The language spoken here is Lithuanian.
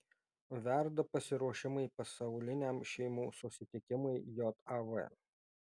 verda pasiruošimai pasauliniam šeimų susitikimui jav